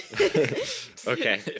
Okay